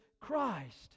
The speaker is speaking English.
Christ